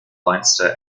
leinster